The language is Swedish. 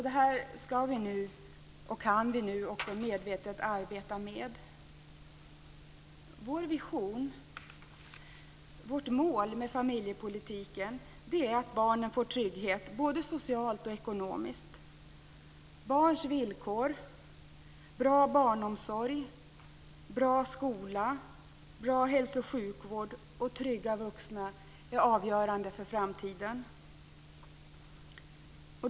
Det kan vi nu - och vi ska också göra det - medvetet arbeta med. Vår vision - vårt mål med familjepolitiken - är att barnen får trygghet både socialt och ekonomiskt. Barns villkor - bra barnomsorg, bra skola, bra hälsooch sjukvård och trygga vuxna - är avgörande för framtiden.